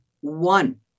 one